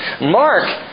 Mark